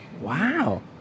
Wow